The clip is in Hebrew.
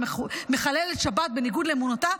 מחללת שבת בניגוד לאמונתה.